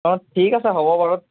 অঁ ঠিক আছে হ'ব বাৰু